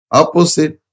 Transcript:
opposite